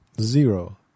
Zero